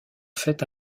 fait